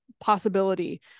possibility